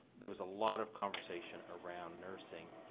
there was a lot of conversation around nursing